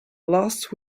last